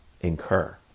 incur